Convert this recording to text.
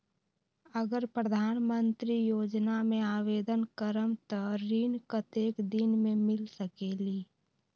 अगर प्रधानमंत्री योजना में आवेदन करम त ऋण कतेक दिन मे मिल सकेली?